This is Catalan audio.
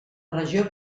regió